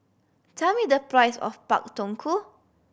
tell me the price of Pak Thong Ko